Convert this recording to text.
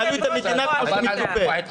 תנהלו את המדינה כמו שמצופה.